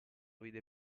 vide